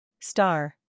Star